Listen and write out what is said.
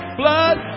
blood